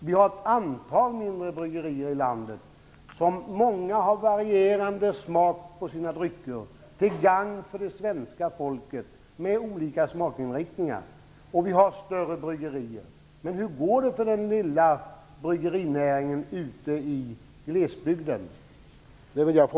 Vi har ett antal mindre bryggerier i landet, och många av dem har varierande smak på sina drycker, till gagn för det svenska folket med olika smakinriktningar. Vi har också större bryggerier.